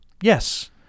Yes